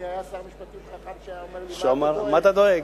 היה שר משפטים אחד שהיה אומר לי: מה אתה דואג?